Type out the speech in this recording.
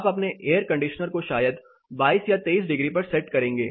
आप अपने air conditioner को शायद 22 या 23 डिग्री पर सेट करेंगे